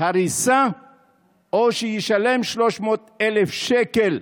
הריסה או שישלם 300,000 שקל.